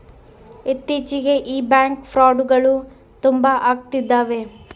ಇತ್ತೀಚಿಗೆ ಈ ಬ್ಯಾಂಕ್ ಫ್ರೌಡ್ಗಳು ತುಂಬಾ ಅಗ್ತಿದವೆ